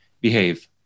behave